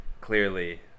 clearly